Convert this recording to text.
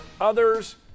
others